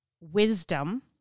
wisdom